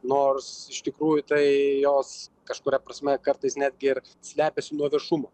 nors iš tikrųjų tai jos kažkuria prasme kartais netgi ir slepiasi nuo viešumo